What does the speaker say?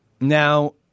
Now